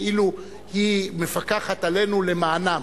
כאילו היא מפקחת עלינו למענם.